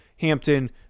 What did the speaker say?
Hampton